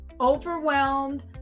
Overwhelmed